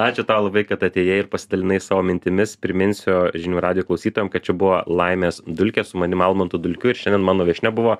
ačiū tau kad atėjai ir pasidalinai savo mintimis priminsiu žinių radijo klausytojam kad čia buvo laimės dulkės su manim almantu dulkiu ir šiandien mano viešnia buvo